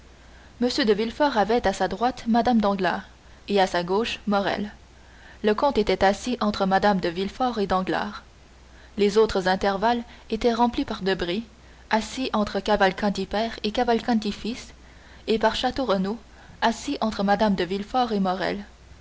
m de villefort avait à sa droite mme danglars et à sa gauche morrel le comte était assis entre mme de villefort et danglars les autres intervalles étaient remplis par debray assis entre cavalcanti père et cavalcanti fils et par château renaud assis entre mme de villefort et